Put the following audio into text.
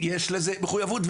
יש לזה מחויבות.